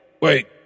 Wait